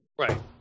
Right